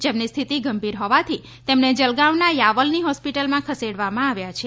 જેમની સ્થિતિ ગંભીર હોવાથી તેમને જલગાંવના યાવલની હોસ્પિટલમાં ખસેડવામાં આવ્યા છે